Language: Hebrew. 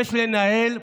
נמנעים.